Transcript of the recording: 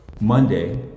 Monday